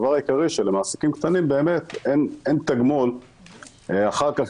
שלמעסיקים קטנים באמת אין תגמול אחר כך,